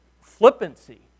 flippancy